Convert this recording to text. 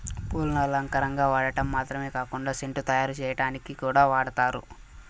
పూలను అలంకారంగా వాడటం మాత్రమే కాకుండా సెంటు తయారు చేయటానికి కూడా వాడతారు